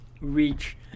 reach